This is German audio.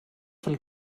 von